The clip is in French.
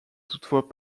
toutefois